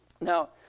Now